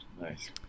Nice